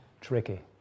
tricky